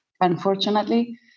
unfortunately